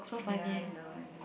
ya I know I know